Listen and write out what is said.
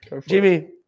Jimmy